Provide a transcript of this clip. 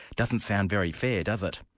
doesn't sound very fair, does it?